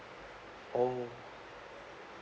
oh